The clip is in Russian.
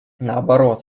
наоборот